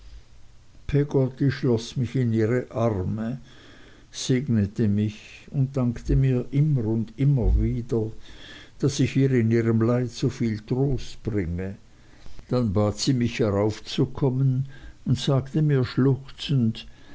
schloß mich in ihre arme segnete mich und dankte mir immer und immer wieder daß ich ihr in ihrem leid so viel trost bringe dann bat sie mich heraufzukommen und sagte mir schluchzend